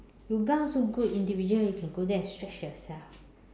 yoga also good individual you can go there and stretch yourself